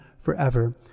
forever